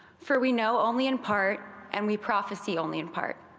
for we know only in part and we prophesy only in part.